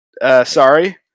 Sorry